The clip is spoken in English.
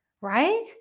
Right